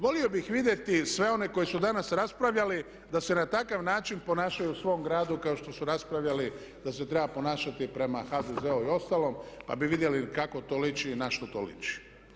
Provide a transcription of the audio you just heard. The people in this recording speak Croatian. Volio bih vidjeti sve one koji su danas raspravljali da se na takav način ponašaju u svom gradu kao što su raspravljali da se treba ponašati prema HZZO-u i ostalom pa bi vidjeli kako to liči i na što to liči.